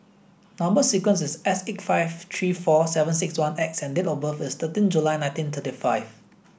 number sequence is S eight five three four seven six one X and date of birth is thirteen July nineteen thirty five